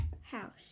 house